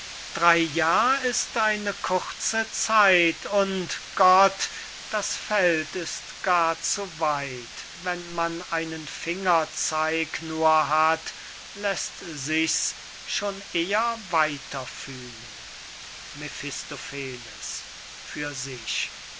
drey jahr ist eine kurze zeit und gott das feld ist gar zu weit wenn man einen fingerzeig nur hat läßt sich's schon eher weiter fühlen